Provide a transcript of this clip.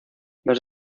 los